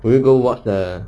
will you go watch the